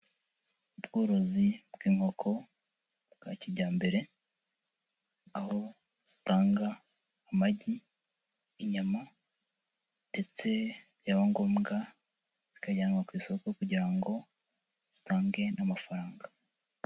Ubworozi bw'inkoko bwa kijyambere aho zitanga amagi, inyama ndetse byaba ngombwa zikajyanwa ku isoko kugira ngo zitange n'amafaranga.